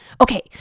Okay